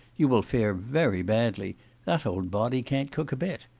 you will fare very badly that old body can't cook a bit.